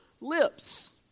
lips